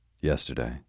Yesterday